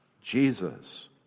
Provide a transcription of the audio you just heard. Jesus